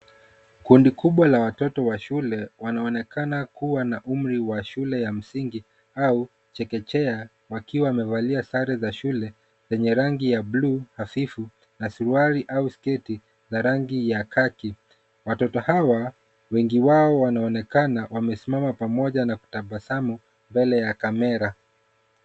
Kundi kubwa la watoto wa shule wanaonekana kuwa na umri wa shule ya msingi au chekechea wakiwa wamevalia sare za shule zenye rangi ya blue hafifu na suruali au sketi za rangi ya kaki. Watoto hawa wengi wao wanaonekana wamesimama pamoja na kutabasamu mbele ya kamera.